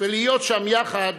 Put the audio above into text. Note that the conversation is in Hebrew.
ולהיות שם יחד